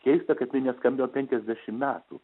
keista kad jinai neskambėjo penkiasdešim metų